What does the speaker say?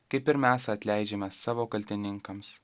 kaip ir mes atleidžiame savo kaltininkams